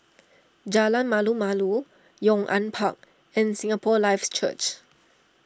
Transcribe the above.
Jalan Malu Malu Yong An Park and Singapore Life Church